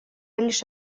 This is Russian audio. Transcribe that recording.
лишь